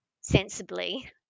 sensibly